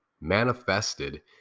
manifested